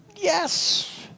Yes